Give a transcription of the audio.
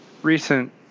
recent